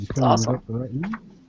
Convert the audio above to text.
Awesome